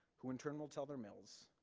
who in turn will tell their mills,